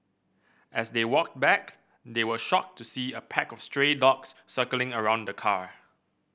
as they walked back they were shocked to see a pack of stray dogs circling around the car